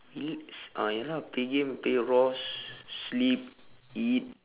relax ah ya lah play game play rose sleep eat